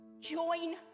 Join